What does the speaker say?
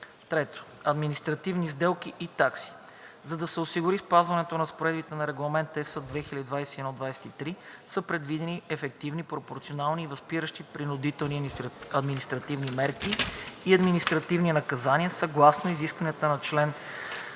3. Административни санкции и такси: За да се осигури спазването на разпоредбите на Регламент (ЕС) 2021/23, са предвидени ефективни, пропорционални и възпиращи принудителни административни мерки и административни наказания съгласно изискванията на чл. 81